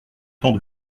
temps